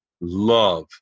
love